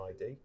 ID